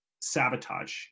sabotage